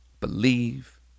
Believe